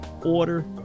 Order